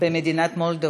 במדינת מולדובה.